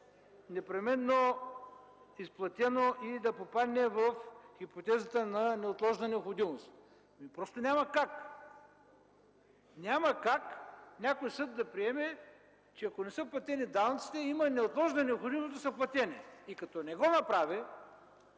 непременно изплатено и да попадне в хипотезата на неотложна необходимост? Просто няма как! Няма как някой съд да приеме, че ако не са платени данъците, има неотложна необходимост да са платени и като не го направи,